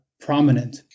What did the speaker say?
prominent